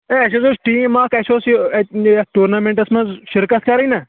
ہے اَسہِ حظ اوس ٹیٖم اکھ اَسہِ اوس یہِ اَتہِ یَتھ ٹورنامٮ۪نٛٹَس منٛز شِرکَت کَرٕنۍ نا